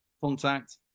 contact